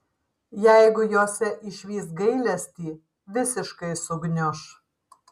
jeigu jose išvys gailestį visiškai sugniuš